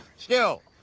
still,